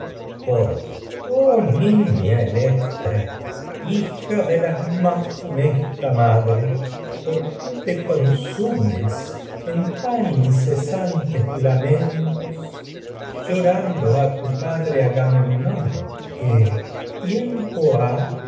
coro madre oh niña electra hija de la más funesta por qué te consumes en tan incesantes lamen que tos llorando a tu padre ágamemnón en tiempo ha